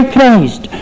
Christ